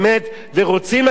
ורוצים לתת שירות,